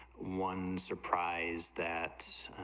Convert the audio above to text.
one surprise that's,